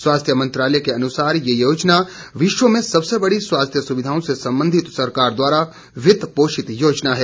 स्वास्थ्य मंत्रालय के अनुसार ये योजना विश्व में सबसे बड़ी स्वास्थ्य सुविधाओं से संबंधित सरकार द्वारा वित्त पोषित योजना है